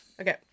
okay